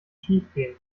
schiefgehen